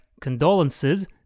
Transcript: condolences